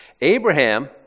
Abraham